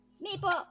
Maple